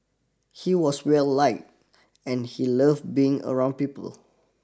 he was well like and he love being around people